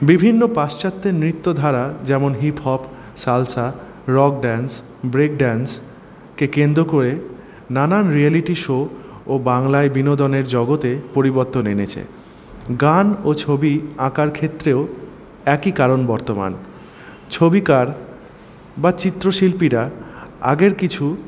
বিভিন্ন পাশ্চাত্যে নৃত্যধারা যেমন hip hop salsa rock dance break ড্যান্সকে কেন্দ্র করে নানান রিয়েলিটি শো ও বাংলায় বিনোদনের জগতে পরিবর্তন এনেছে গান ও ছবি আঁকার ক্ষেত্রেও একই কারণ বর্তমান ছবিকার বা চিত্রশিল্পীরা আগের কিছু